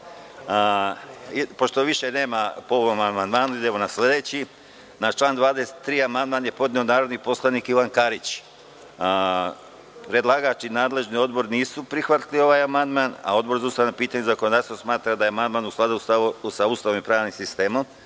više nema po ovom amandmanu, prelazimo na sledeći. Na član 23. amandman je podneo narodni poslanik Ivan Karić. Predlagač i nadležni odbor nisu prihvatili ovaj amandman. Odbor za ustavna pitanja i zakonodavstvo smatra da je amandman u skladu sa Ustavom i pravnim sistemom. Reč